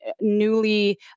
newly